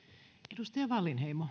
arvoisa